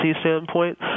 standpoint